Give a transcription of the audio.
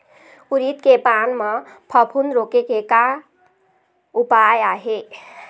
उरीद के पान म फफूंद रोके के का उपाय आहे?